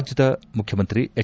ರಾಜ್ಯದ ಮುಖ್ಯಮಂತ್ರಿ ಎಚ್